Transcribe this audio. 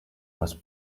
was